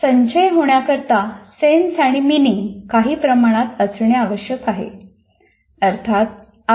संचय होण्याकरिता सेन्स आणि मिनिंग काही प्रमाणात असणे आवश्यक आहे